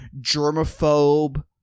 germaphobe